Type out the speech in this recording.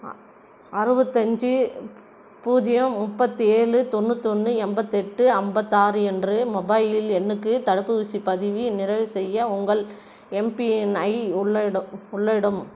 அறுபத்தஞ்சி பூஜ்ஜியம் முப்பத்தி ஏழு தொண்ணூத்தொன்று எண்பத்தெட்டு ஐம்பத்தாறு என்ற மொபைலில் எண்ணுக்கு தடுப்பு ஊசி பதிவு நிறைவு செய்ய உங்கள் எம்பிஎன் ஐ உள்ளிடடும்